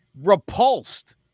repulsed